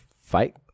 fight